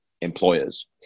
employers